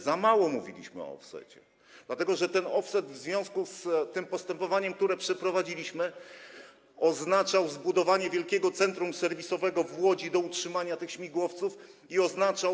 Za mało mówiliśmy o offsecie, dlatego że offset w związku z postępowaniem, które przeprowadziliśmy, oznaczał zbudowanie wielkiego centrum serwisowego w Łodzi do utrzymania tych śmigłowców i oznaczał.